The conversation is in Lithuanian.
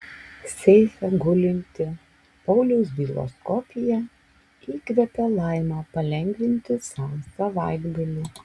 seife gulinti pauliaus bylos kopija įkvepia laimą palengvinti sau savaitgalį